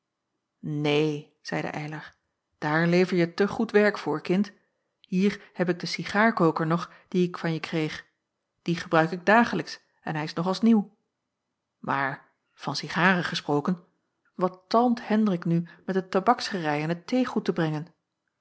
zeide eylar daar leverje te goed werk voor kind hier heb ik den cigaarkoker nog dien ik van je kreeg dien gebruik ik dagelijks en hij is nog als nieuw maar van cigaren gesproken wat talmt hendrik nu met het tabaksgerei en het theegoed te brengen